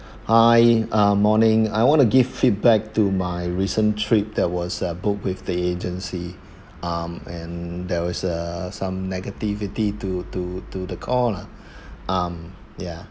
hi uh morning I want to give feedback to my recent trip that was uh book with the agency um and there was a some negativity to to to the call lah um ya